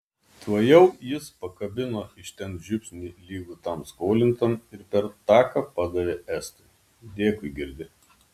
tuojau jis pakabino iš ten žiupsnį lygų tam skolintam ir per taką padavė estui dėkui girdi